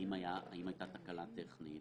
האם הייתה תקלה טכנית?